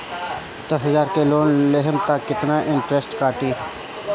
दस हजार के लोन लेहम त कितना इनट्रेस कटी?